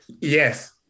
Yes